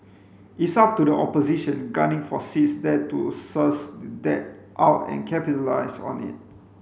it's up to the opposition gunning for seats there to suss that out and capitalise on it